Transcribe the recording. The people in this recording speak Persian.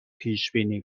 پیشبینی